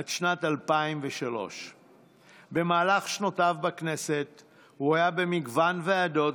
עד שנת 2003. במהלך שנותיו בכנסת הוא היה במגוון ועדות,